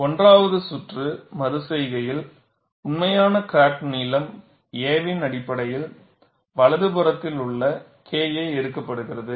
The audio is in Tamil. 1 வது சுற்று மறு செய்கையில் உண்மையான கிராக் நீளம் a வின் அடிப்படையில் வலது புறத்தில் உள்ள KI எடுக்கப்படுகிறது